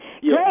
Great